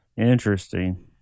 Interesting